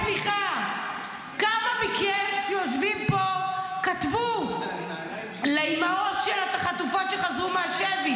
כמה מכם שיושבים פה כתבו לאימהות של החטופות שחזרו מהשבי?